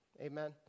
Amen